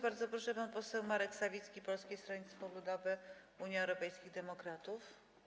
Bardzo proszę, pan poseł Marek Sawicki, Polskie Stronnictwo Ludowe - Unia Europejskich Demokratów.